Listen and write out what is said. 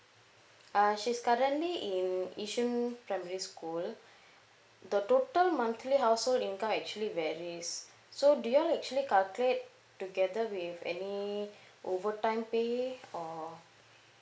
uh she's currently in yishun primary school the total monthly household income actually varies so do you all actually calculate together with any overtime pay or